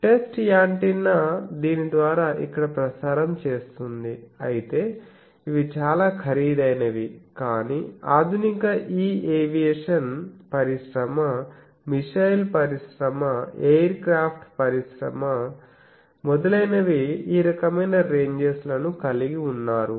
test antenna దీని ద్వారా ఇక్కడ ప్రసారం చేస్తుంది అయితే ఇవి చాలా ఖరీదైనవి కానీ ఆధునిక ఈ ఏవియేషన్ పరిశ్రమ మిస్సైల్ పరిశ్రమఎయిర్ క్రాఫ్ట్ పరిశ్రమ మొదలైనవి ఈ రకమైన రెంజెస్ లను కలిగి ఉన్నారు